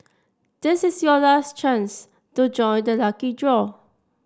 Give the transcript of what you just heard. this is your last chance to join the lucky draw